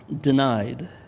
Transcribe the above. denied